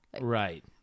Right